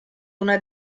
una